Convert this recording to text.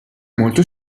molto